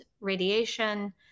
radiation